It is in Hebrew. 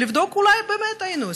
ולבדוק: אולי באמת טעינו,